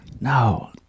No